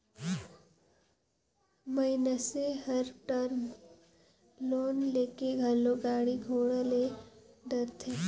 मइनसे हर term loan लेके घलो गाड़ी घोड़ा ले डारथे